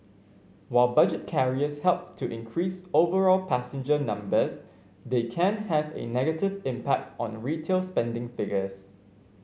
while budget carriers help to increase overall passenger numbers they can have a negative impact on retail spending figures